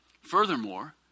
Furthermore